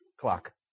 clock